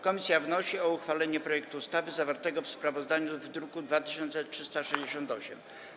Komisja wnosi o uchwalenie projektu ustawy zawartego w sprawozdaniu w druku nr 2368.